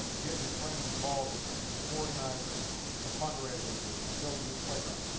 getting your friends involved and and and organizing a fundraiser to to build a new playground.